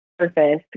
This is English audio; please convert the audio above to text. surface